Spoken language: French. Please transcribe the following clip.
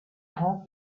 rend